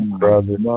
brother